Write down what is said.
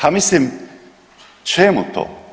Pa mislim, čemu to?